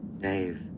Dave